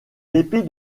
dépit